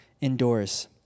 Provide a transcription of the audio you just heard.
indoors